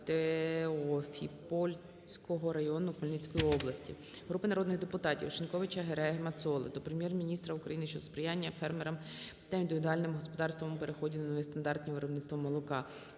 Теофіпольського району Хмельницької області. Групи народних депутатів (Шиньковича, Гереги, Мацоли) до Прем'єр-міністра України щодо сприяння фермерам та індивідуальним господарствам у переході до нових стандартів виробництва молока.